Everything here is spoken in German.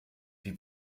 wie